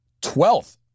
Twelfth